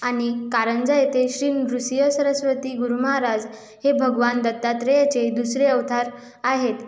आणि कारंजा येथे श्री नृसिंह सरस्वती गुरूमहाराज हे भगवान दत्तात्रयाचे दुसरे अवतार आहेत